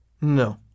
No